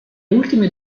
ultime